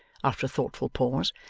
after a thoughtful pause,